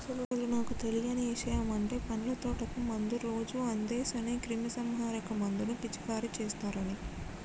అసలు నాకు తెలియని ఇషయమంటే పండ్ల తోటకు మందు రోజు అందేస్ అనే క్రిమీసంహారక మందును పిచికారీ చేస్తారని